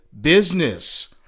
business